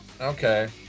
Okay